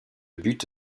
but